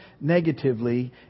negatively